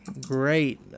great